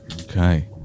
okay